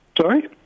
Sorry